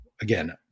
Again